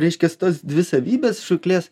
reiškias tos dvi savybės žūklės